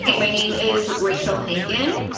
and my name is rachel henkin.